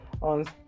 on